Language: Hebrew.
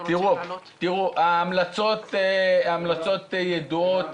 ההמלצות ידועות.